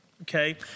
Okay